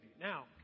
Now